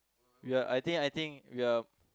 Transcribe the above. we're I think I think we're